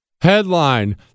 Headline